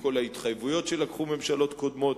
מכל ההתחייבויות שקיבלו על עצמן ממשלות קודמות.